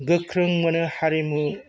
गोख्रों माने हारिमु